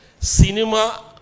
Cinema